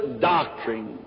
doctrine